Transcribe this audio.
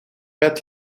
bed